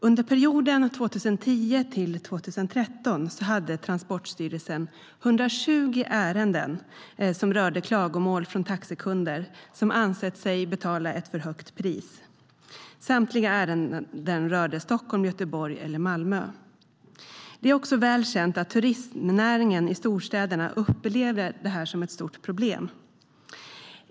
Under perioden 2010-2013 hade Transportstyrelsen 120 ärenden som rörde klagomål från taxikunder som ansett sig ha betalat ett för högt pris. Samtliga ärenden rörde Stockholm, Göteborg eller Malmö. Det är också väl känt att turistnäringen i storstäderna upplever det här som ett stort problem.